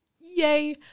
Yay